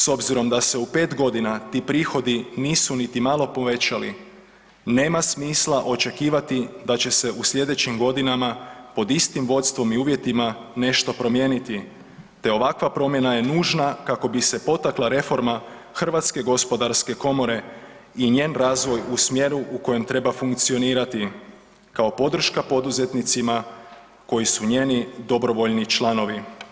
S obzirom da se u 5 godina ti prihodi nisu niti malo povećali nema smisla očekivati da će se u slijedećim godinama pod istim vodstvom i uvjetima nešto promijeniti te ovakva promjena je nužna kako bi se potakla reforma Hrvatske gospodarske komore i njen razvoj u smjeru u kojem treba funkcionirati kao podrška poduzetnicima koji su njeni dobrovoljni članovi.